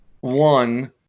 one